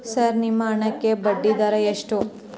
Sir ನಿಮ್ಮ ಹಣಕ್ಕೆ ಬಡ್ಡಿದರ ಎಷ್ಟು?